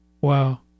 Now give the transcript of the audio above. Wow